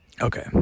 Okay